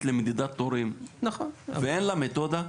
למדידת תורים ואין לה מתודה?